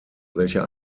welcher